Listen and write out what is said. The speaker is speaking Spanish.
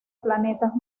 planetas